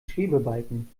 schwebebalken